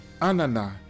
Anana